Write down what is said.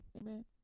Amen